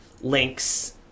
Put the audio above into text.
links